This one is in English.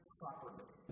properly